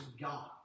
God